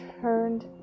turned